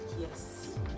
yes